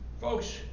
Folks